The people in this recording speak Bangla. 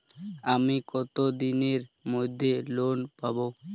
আমি কতদিনের মধ্যে লোন পাব?